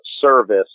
service